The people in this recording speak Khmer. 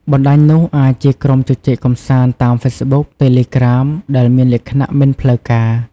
បណ្ដាញនោះអាចជាក្រុមជជែកកម្សាន្តតាមហ្វេសប៊ុក តេឡេក្រាមដែលមានលក្ខណៈមិនផ្លូវការ។